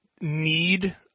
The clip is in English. need